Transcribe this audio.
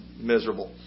miserable